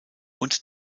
und